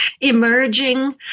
emerging